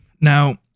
Now